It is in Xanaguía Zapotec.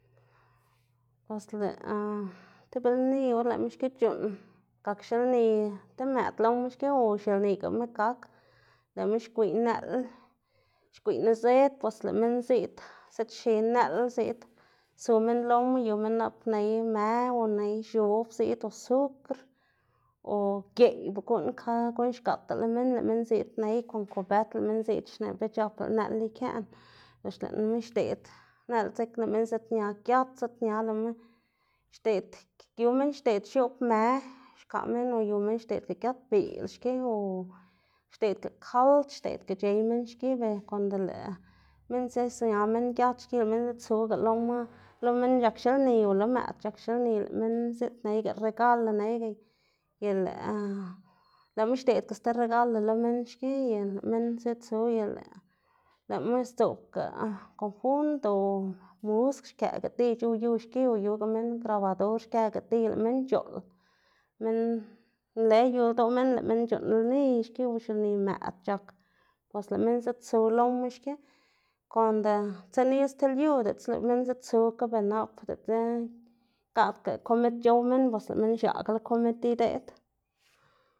Pues lëꞌ tib lni or lëꞌma xki c̲h̲uꞌnn gak xilni i mëꞌd loma xki o xilnigama gak, lëꞌma xgwiꞌy nëꞌl xgwiꞌy nizëd, bos lëꞌ minn ziꞌd ziꞌdxi nëꞌl ziꞌdsu minnn loma, yu minn nap ney më o ney x̱ob ziꞌd o sukr o geꞌy bo guꞌn kad guꞌn xgaꞌta lo minn lëꞌ minn ziꞌd ney kon kobet lëꞌ minn ziꞌd xneꞌ, be c̲h̲aplá nëꞌl ikëꞌna, lox lëꞌma xdeꞌd nëꞌl dzekna lëꞌ minn ziꞌdña giat ziꞌdña lëꞌma xdeꞌd yu minn xdeꞌd x̱oꞌbmë xka minn o yu minn xdeꞌdga giat biꞌl xki o xdeꞌdga kald xdeꞌdga c̲h̲ey minn xki ber konde lëꞌ minn ziña giat xki lëꞌ minn ziꞌdsuga loma, lo minn c̲h̲ak xelni o lo mëꞌd c̲h̲ak xelni lëꞌ minn ziꞌd neyga regalo neyga y lëꞌ lëꞌma xdeꞌdga sti regalo lo minn xki y lëꞌ minn ziꞌdsu y lëꞌ lëꞌma sdzoꞌbga konjund o musk xkëꞌga di c̲h̲ow yu xki yuga minn grabador xkëꞌga di lëꞌ minn c̲h̲oꞌl, minn nle yu ldoꞌ minn lëꞌ minn c̲h̲uꞌnn lni xki o xilni mëꞌd c̲h̲ak bos lëꞌ minn ziꞌdsu loma xki, konde tsenil sti lyu, diꞌltsa lëꞌ minn ziꞌdsukga ber nap diꞌltsa igaꞌkda komid c̲h̲ow minn bos lëꞌ minn x̱aꞌgala komid ideꞌd.